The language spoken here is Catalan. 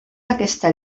aquesta